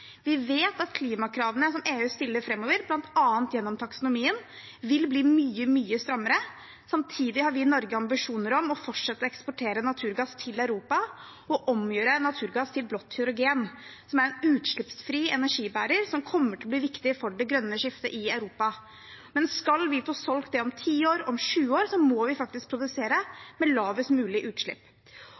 Vi vet at klimakravene som EU stiller framover, bl.a. gjennom taksonomien, vil bli mye, mye strammere. Samtidig har vi i Norge ambisjoner om å fortsette å eksportere naturgass til Europa og omgjøre naturgass til blått hydrogen, som er en utslippsfri energibærer som kommer til å bli viktig for det grønne skiftet i Europa. Men skal vi få solgt det om ti år, eller om 20 år, må vi faktisk produsere med lavest mulig utslipp.